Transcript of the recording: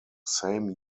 same